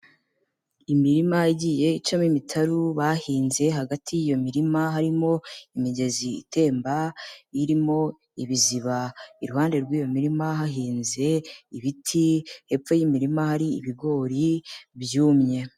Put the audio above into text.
Imirima yagiye icamo imitaru bahinze hagati y'iyo mirima harimo imigezi itemba irimo ibiziba, iruhande rw'iyo mirima hahinze ibiti, hepfo y'imirima hari ibigori byumye.